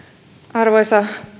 arvoisa